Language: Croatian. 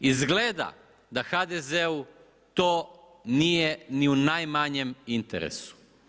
Izgleda da HDZ-u to nije ni u najmanjem interesu.